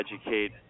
educate